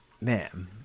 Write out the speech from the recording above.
man